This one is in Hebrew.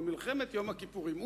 ממלחמת יום-הכיפורים.